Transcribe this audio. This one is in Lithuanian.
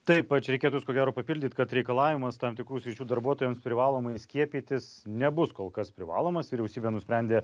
taip va čia reikėtų jus ko gero papildyt kad reikalavimas tam tikrų sričių darbuotojams privalomai skiepytis nebus kol kas privalomas vyriausybė nusprendė